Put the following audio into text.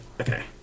Okay